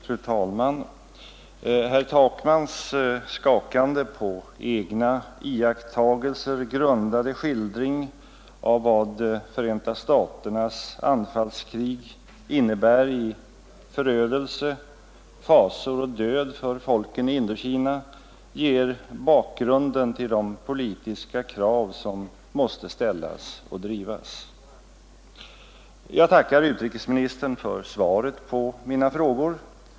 Fru talman! Herr Takmans skakande, på egna iakttagelser grundade skildring av vad Förenta staternas anfallskrig innebär i förödelse, fasor och död för folken i Indokina ger bakgrunden till de politiska krav som måste ställas och drivas. Jag tackar utrikesministern för svaret på mina frågor.